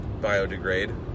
biodegrade